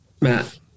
Matt